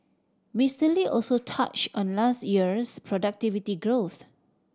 Mister Lee also touched on last year's productivity growth